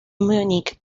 monique